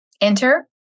Enter